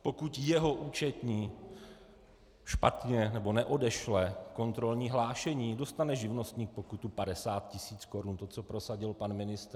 Pokud jeho účetní neodešle kontrolní hlášení, dostane živnostník pokutu 50 tis. korun to, co prosadil pan ministr.